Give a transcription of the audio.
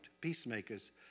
peacemakers